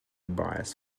bias